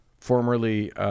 formerly